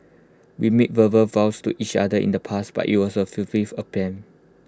we made verbal vows to each other in the past but IT was A fulfils attempt